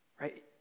right